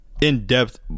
in-depth